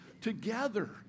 together